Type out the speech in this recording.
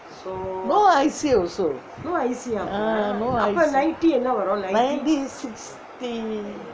no I_C also ah no I_C nineteen sixty